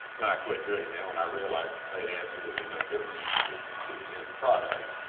but i quit doing that when i realized it made absolutely no difference to the to the end product,